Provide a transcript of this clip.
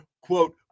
quote